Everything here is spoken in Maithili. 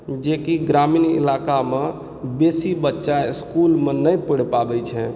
जे कि ग्रामीण इलाकामे बेसी बच्चा इस्कुलमे नहि पढ़ि पबैत छै